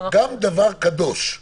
או כל הצהרה שמחויבת,